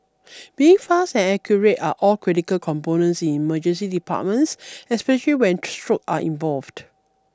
being fast and accurate are all critical components in emergency departments especially when stroke are involved